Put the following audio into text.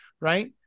right